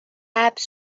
حبس